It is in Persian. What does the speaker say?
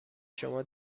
شما